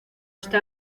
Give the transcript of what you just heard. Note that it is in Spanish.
está